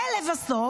ולבסוף,